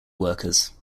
workers